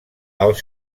els